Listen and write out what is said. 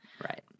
Right